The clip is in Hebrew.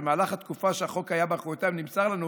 במהלך התקופה שהחוק היה באחריותם, נמסר לנו